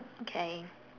okay